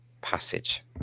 passage